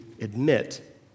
admit